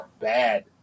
bad